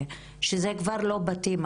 וזה כבר לא בתים,